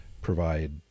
provide